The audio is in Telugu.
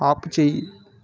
ఆపుచేయి